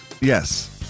Yes